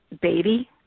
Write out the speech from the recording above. baby